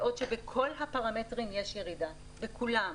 בעוד שבכל הפרמטרים יש ירידה בכולם,